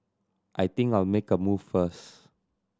I think I'll make a move first